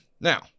Now